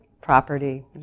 property